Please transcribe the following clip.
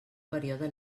període